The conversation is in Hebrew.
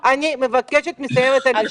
אני מבקשת לסיים את המשפט,